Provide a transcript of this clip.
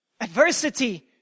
Adversity